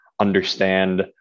understand